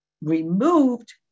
removed